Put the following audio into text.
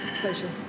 pleasure